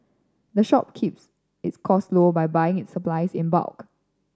the shop keeps its costs low by buying its supplies in bulk